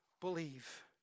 believe